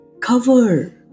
cover